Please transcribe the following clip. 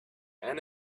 and